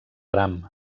bram